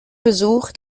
besuch